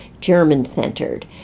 German-centered